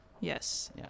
yes